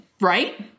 right